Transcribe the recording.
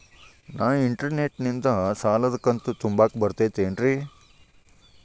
ನಾ ಇಂಟರ್ನೆಟ್ ನಿಂದ ಸಾಲದ ಕಂತು ತುಂಬಾಕ್ ಬರತೈತೇನ್ರೇ?